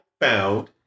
found